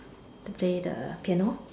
to play the piano